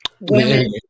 Women